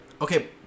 Okay